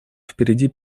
впереди